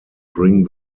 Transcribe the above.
bring